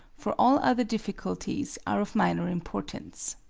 for all other difficulties are of minor importance.